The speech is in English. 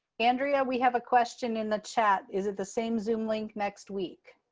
andrea, we have a question in the chat, is it the same zoom link next week?